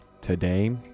today